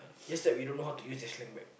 just that we don't know how to use their slang back